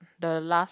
the last